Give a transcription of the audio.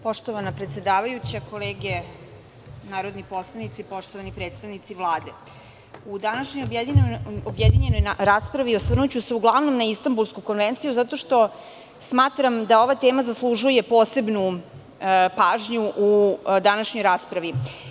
Poštovana predsedavajuća, kolege narodni poslanici, poštovani predstavnici Vlade, u današnjoj objedinjenoj raspravi, osvrnuću se uglavnom na Istanbulsku konvenciju zato što smatram da ova tema zaslužuje posebnu pažnju u današnjoj raspravi.